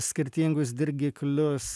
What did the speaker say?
skirtingus dirgiklius